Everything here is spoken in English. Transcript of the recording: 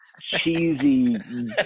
cheesy